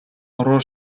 уруу